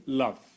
love